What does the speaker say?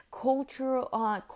cultural